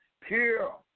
Pure